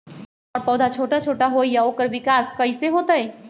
हमर पौधा छोटा छोटा होईया ओकर विकास कईसे होतई?